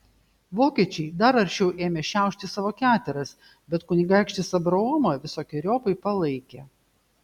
vokiečiai dar aršiau ėmė šiaušti savo keteras bet kunigaikštis abraomą visokeriopai palaikė